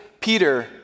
Peter